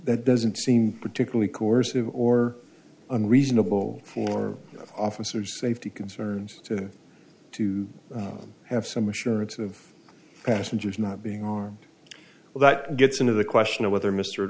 that doesn't seem particularly coercive or unreasonable for officer safety concerns to to have some assurance of passengers not being on well that gets into the question of whether mr